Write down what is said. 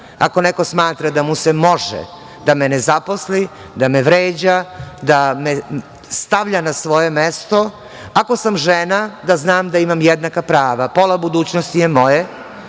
ako neko smatra da mu se može da me ne zaposli, da me vređa, da me stavlja na svoje mesto. Ako sam žena da znam da imam jednaka prava. Pola budućnosti je moje,